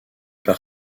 par